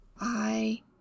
I